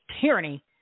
tyranny